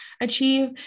achieve